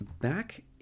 back